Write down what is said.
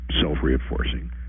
self-reinforcing